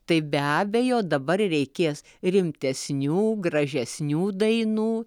tai be abejo dabar reikės rimtesnių gražesnių dainų